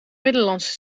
middellandse